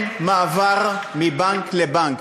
אין מעבר מבנק לבנק.